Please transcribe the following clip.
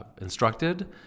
instructed